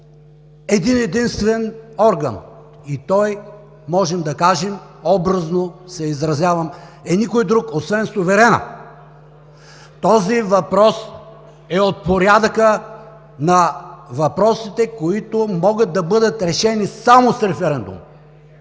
един-единствен орган и той, можем да кажем, образно се изразявам, е никой друг освен суверенът. Този въпрос е от порядъка на въпросите, които могат да бъдат решени само с референдум.